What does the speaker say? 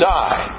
die